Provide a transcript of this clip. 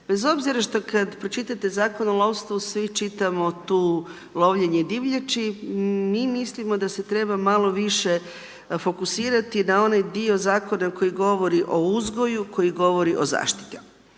Bez obzira što kada pročitate Zakon o lovstvu, svi čitamo tu lovljenje divljači, mi mislimo da se treba malo više fokusirati na onaj dio zakona koji govori o uzgoju, koji govori o zaštiti.